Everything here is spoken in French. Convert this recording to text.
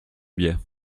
biais